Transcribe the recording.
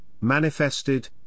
manifested